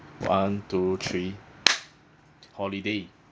one two three holiday